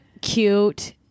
cute